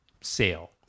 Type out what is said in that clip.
sale